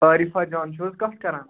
عارِفہٕ جان چھُ حظ کَتھ کران